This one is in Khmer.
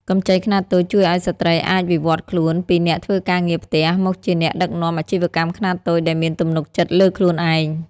កម្ចីខ្នាតតូចជួយឱ្យស្ត្រីអាចវិវត្តខ្លួនពីអ្នកធ្វើការងារផ្ទះ មកជាអ្នកដឹកនាំអាជីវកម្មខ្នាតតូចដែលមានទំនុកចិត្តលើខ្លួនឯង។